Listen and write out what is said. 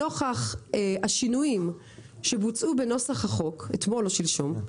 נוכח השינויים שבוצעו בנוסח החוק אתמול או שלשום,